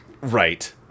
Right